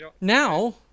Now